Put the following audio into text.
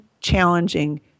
challenging